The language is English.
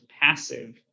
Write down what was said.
passive